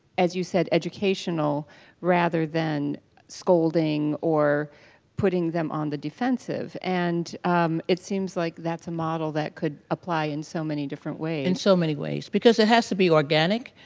as you said, educational rather than scolding or putting them on the defensive and it seems like that's a model that could apply in so many different ways. in so many ways. because it has to be organic.